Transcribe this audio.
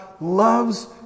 loves